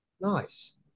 nice